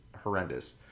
horrendous